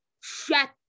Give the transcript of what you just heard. Shut